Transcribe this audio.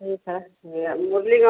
ठीक है यह मुरलीगंज